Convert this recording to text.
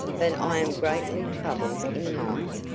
but i am greatly troubled in mind,